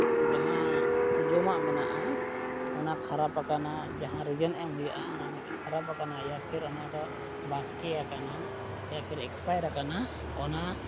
ᱡᱟᱦᱟᱸ ᱡᱚᱢᱟᱜ ᱢᱮᱱᱟᱜᱼᱟ ᱚᱱᱟ ᱠᱷᱟᱨᱟᱯ ᱟᱠᱟᱱᱟ ᱡᱟᱦᱟᱸ ᱨᱤᱡᱮᱱ ᱮᱢ ᱦᱩᱭᱩᱜᱼᱟ ᱚᱱᱟ ᱢᱤᱫ ᱠᱷᱟᱨᱟᱯ ᱟᱠᱟᱱᱟ ᱤᱭᱟ ᱯᱷᱤᱨ ᱚᱱᱟ ᱫᱚ ᱵᱟᱥᱠᱮ ᱟᱠᱟᱱᱟ ᱤᱭᱟ ᱯᱷᱤᱨ ᱮᱠᱥᱯᱟᱭᱟᱨ ᱟᱠᱟᱱᱟ ᱚᱱᱟ